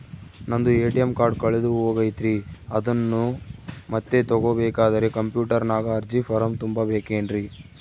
ನಂದು ATM card ಕಳೆದು ಹೋಗೈತ್ರಿ ಅದನ್ನು ಮತ್ತೆ ತಗೋಬೇಕಾದರೆ ಕಂಪ್ಯೂಟರ್ ನಾಗ ಅರ್ಜಿ ಫಾರಂ ತುಂಬಬೇಕನ್ರಿ?